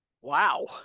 Wow